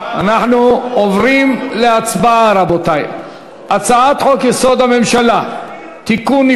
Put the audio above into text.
אנחנו עוברים להצבעה על הצעת חוק-יסוד: הממשלה (תיקון,